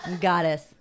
goddess